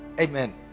amen